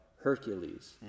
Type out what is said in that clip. Hercules